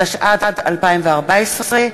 התשע"ד 2014,